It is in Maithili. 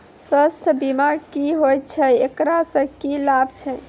स्वास्थ्य बीमा की होय छै, एकरा से की लाभ छै?